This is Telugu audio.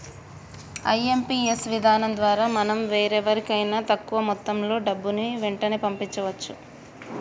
ఐ.ఎం.పీ.యస్ విధానం ద్వారా మనం వేరెవరికైనా తక్కువ మొత్తంలో డబ్బుని వెంటనే పంపించవచ్చు